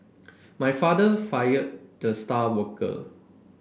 my father fired the star worker